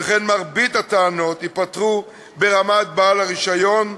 שכן מרבית הטענות ייפתרו ברמת בעל הרישיון,